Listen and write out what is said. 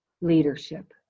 leadership